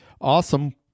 Awesome